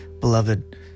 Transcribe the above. Beloved